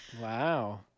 Wow